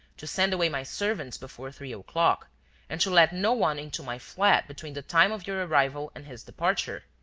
to send away my servants before three o'clock and to let no one into my flat between the time of your arrival and his departure.